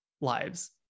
lives